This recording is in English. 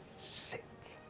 sit.